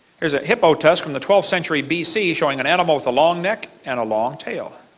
here is a hippo tusk from the twelve century b c, showing an animal with a long neck, and a long tail.